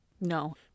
No